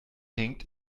hinkt